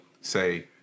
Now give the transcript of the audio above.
say